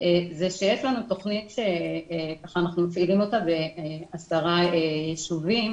שיש לנו תוכנית שאנחנו מפעילים אותה בעשרה יישובים,